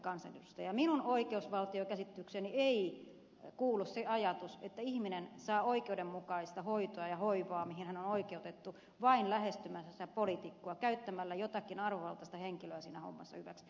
minun oikeusvaltiokäsitykseeni ei kuulu se ajatus että ihminen saa oikeudenmukaista hoitoa ja hoivaa mihin hän on oikeutettu vain lähestymällä poliitikkoa käyttämällä jotakin arvovaltaista henkilöä siinä hommassa hyväksi